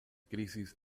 crisis